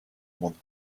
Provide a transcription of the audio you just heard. woman